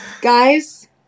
guys